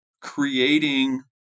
creating